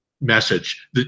message